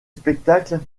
spectacles